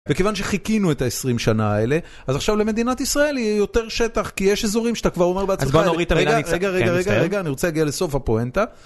וכיוון שחיכינו את ה-20 שנה האלה, אז עכשיו למדינת ישראל יהיה יותר שטח, כי יש איזורים שאתה כבר אומר בהצלחה... אז בוא נוריד את המילה... רגע, רגע, מצטער, רגע, רגע, רגע, אני רוצה להגיע לסוף הפואנטה.